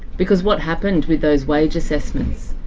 because what happened with those wage assessments?